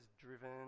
driven